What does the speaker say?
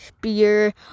beer